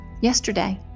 yesterday